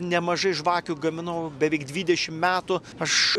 nemažai žvakių gaminu beveik dvidešim metų aš